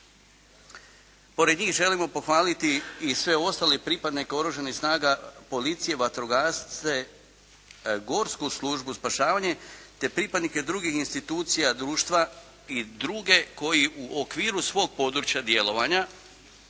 Pored njih želimo pohvaliti i sve ostale pripadnike Oružanih snaga policije, vatrogasce, Gorsku službu spašavanja, te pripadnike drugih institucija društva i druge koji u okviru svog područja djelovanja,